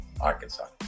Arkansas